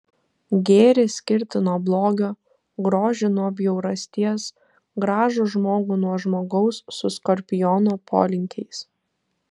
gėrį skirti nuo blogio grožį nuo bjaurasties gražų žmogų nuo žmogaus su skorpiono polinkiais